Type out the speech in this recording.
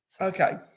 okay